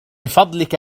فضلك